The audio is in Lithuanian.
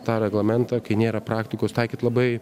tą reglamentą kai nėra praktikos taikyti labai